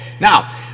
now